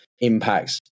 impacts